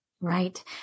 Right